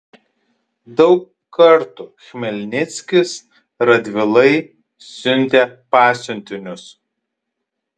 daug kartų chmelnickis radvilai siuntė pasiuntinius